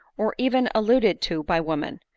or even alluded to by women.